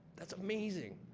that's amazing.